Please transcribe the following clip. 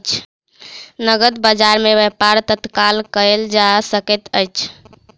नकद बजार में व्यापार तत्काल कएल जा सकैत अछि